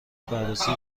بررسی